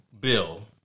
Bill